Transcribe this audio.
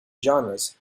genres